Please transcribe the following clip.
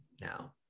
now